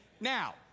Now